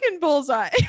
bullseye